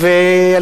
מאה אחוז.